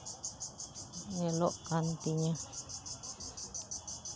ᱧᱮᱞᱚᱜ ᱠᱟᱱ ᱛᱤᱧᱟ